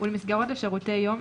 ולמסגרות לשירותי יום,